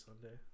Sunday